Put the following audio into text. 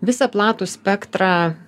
visą platų spektrą